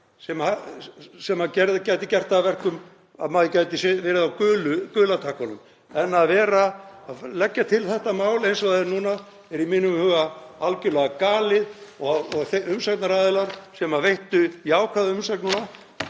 sem gætu gert það að verkum að maður gæti verið á gula takkanum. Að vera að leggja til þetta mál eins og það er núna er í mínum huga algjörlega galið og umsagnaraðilar sem veittu jákvæða umsögn